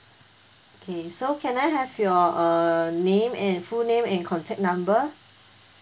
okay so can I have your uh name and full name and contact number